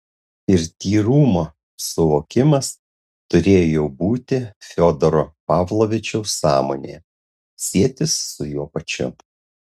ir tyrumo suvokimas turėjo jau būti fiodoro pavlovičiaus sąmonėje sietis su juo pačiu